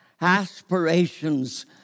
aspirations